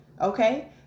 okay